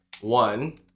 one